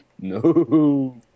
No